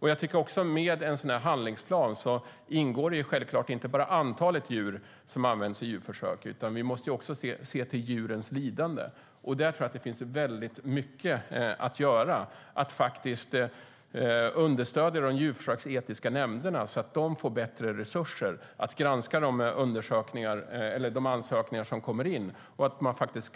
Med en handlingsplan ingår självklart inte bara antalet djur som används i djurförsök, utan vi måste också se till djurens lidande. Där tror jag finns väldigt mycket att göra för att understödja de djurförsöksetiska nämnderna så att de får bättre resurser att granska de ansökningar som kommer in och